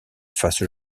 face